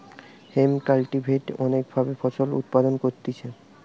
hemp cultivate অনেক ভাবে ফসল উৎপাদন করতিছে